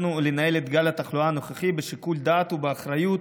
החלטנו לנהל את גל התחלואה הנוכחי בשיקול דעת ובאחריות,